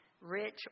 rich